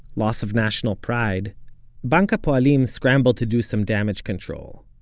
loss of national pride bank ha'poalim scrambled to do some damage control.